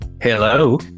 Hello